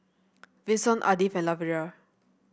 Vinson Ardith and Lavera